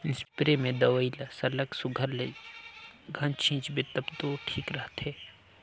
spray में दवई ल सरलग सुग्घर ले घन छींचबे तब दो ठीक रहथे